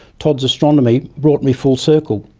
todd's astronomy brought me full circle,